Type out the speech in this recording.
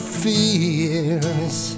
fears